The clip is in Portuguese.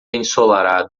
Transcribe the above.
ensolarado